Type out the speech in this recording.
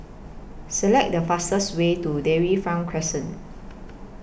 Select The fastest Way to Dairy Farm Crescent